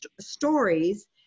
stories